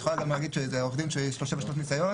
את יכולה גם להגיד שאלה עובדים שיש להם שבע שנות ניסיון,